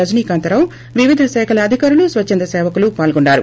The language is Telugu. రజనీకాంతరావువివిధ శాఖల అధికారులు స్వచ్చంద సేవకులు పాల్గొన్నారు